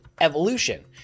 evolution